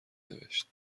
نوشت